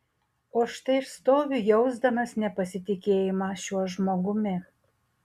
o štai aš stoviu jausdamas nepasitikėjimą šiuo žmogumi